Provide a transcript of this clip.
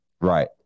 Right